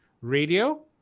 Radio